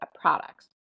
products